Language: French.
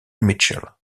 mitchell